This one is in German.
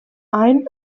ein